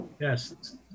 Yes